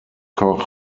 koch